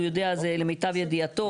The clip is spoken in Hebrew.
הוא יודע, זה למיטב ידיעתו.